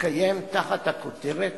יתקיים תחת הכותרת